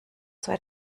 zwei